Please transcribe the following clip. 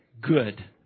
good